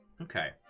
Okay